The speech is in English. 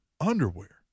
underwear